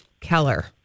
Keller